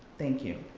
thank you.